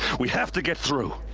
we have to get through!